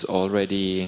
already